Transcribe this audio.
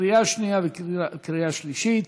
קריאה שנייה וקריאה שלישית.